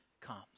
comes